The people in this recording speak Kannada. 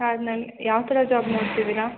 ಅದು ನನ್ನ ಯಾವ ಥರ ಜಾಬ್ ನೋಡ್ತಿದ್ದೀರಾ